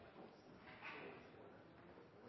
Hansen.